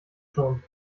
schon